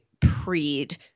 Preed